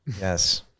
Yes